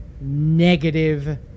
negative